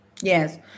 Yes